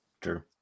True